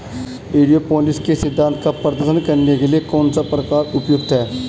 Aeroponics के सिद्धांत का प्रदर्शन करने के लिए कौन सा प्रकार उपयुक्त है?